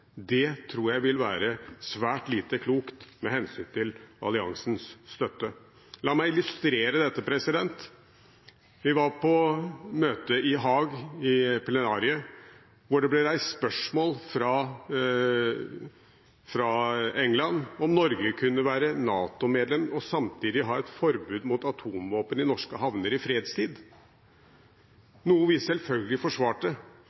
Det tror jeg vil være svært lite klokt med hensyn til alliansens støtte. La meg illustrere dette. Vi var på møte i plenarforsamlingen i Haag, hvor det ble reist spørsmål fra England om Norge kunne være NATO-medlem og samtidig ha et forbud mot atomvåpen i norske havner i fredstid, noe vi selvfølgelig forsvarte.